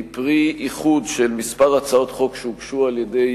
היא פרי איחוד של כמה הצעות חוק שהוגשו על-ידי